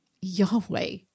Yahweh